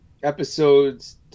episodes